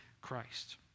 Christ